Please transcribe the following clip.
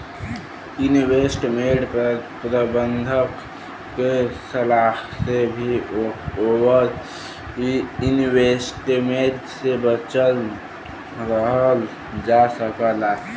investment प्रबंधक के सलाह से भी ओवर इन्वेस्टमेंट से बचल रहल जा सकला